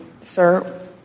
sir